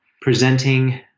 presenting